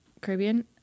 Caribbean